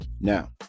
Now